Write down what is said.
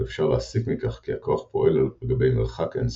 ואפשר להסיק מכך כי הכוח פועל על גבי מרחק אינסופי.